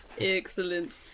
excellent